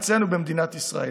אצלנו, במדינת ישראל.